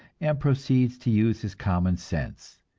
and proceeds to use his common sense,